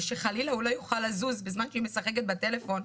שחלילה הוא לא יוכל לזוז בזמן שהיא משחקת בטלפון,